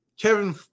Kevin